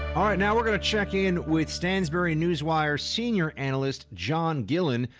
all right, now we're gonna check in with stansberry newswire senior analyst john gillin.